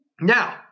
Now